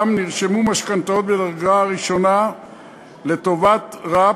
בע"מ" נרשמו משכנתאות בדרגה ראשונה לטובת ר"פ,